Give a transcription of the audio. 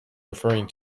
referring